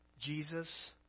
Jesus